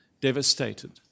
devastated